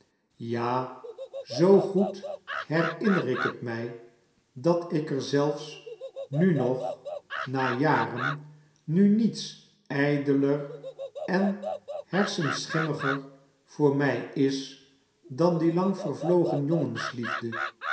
ja zoo goed herinner ik het mij dat ik er zems nu rnog na jaren mm ndete ijdeler en hersemsicihimmiger voor mij is dan die lang